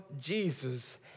Jesus